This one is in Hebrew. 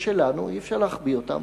זה שלנו, אי-אפשר להחביא אותם.